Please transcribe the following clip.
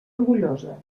orgullosa